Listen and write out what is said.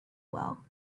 well